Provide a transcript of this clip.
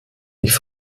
nicht